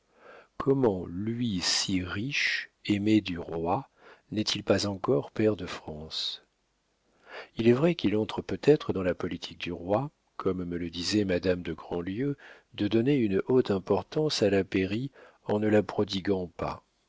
comment lui si riche aimé du roi n'est-il pas encore pair de france il est vrai qu'il entre peut-être dans la politique du roi comme me le disait madame de grandlieu de donner une haute importance à la pairie en ne la prodiguant pas